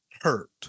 hurt